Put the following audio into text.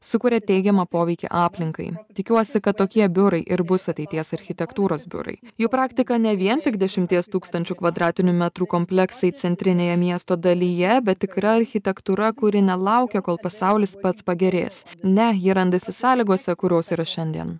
sukuria teigiamą poveikį aplinkai tikiuosi kad tokie biurai ir bus ateities architektūros biurai jų praktika ne vien tik dešimties tūkstančių kvadratinių metrų kompleksai centrinėje miesto dalyje bet tikra architektūra kuri nelaukia kol pasaulis pats pagerės ne ji randasi sąlygose kurios yra šiandien